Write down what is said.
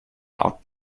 art